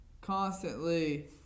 constantly